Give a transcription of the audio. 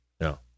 No